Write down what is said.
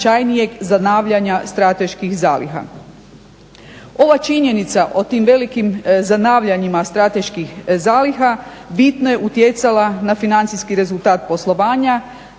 Ova činjenica o tim velikim zanavljanjima strateških zaliha bitno je utjecala na financijski rezultat poslovanja,